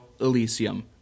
Elysium